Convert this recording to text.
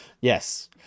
yes